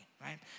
right